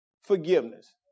forgiveness